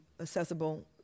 accessible